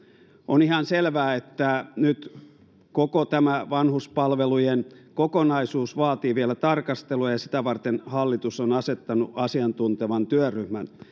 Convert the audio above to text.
on ihan selvää että nyt koko tämä vanhuspalvelujen kokonaisuus vaatii vielä tarkastelua ja sitä varten hallitus on asettanut asiantuntevan työryhmän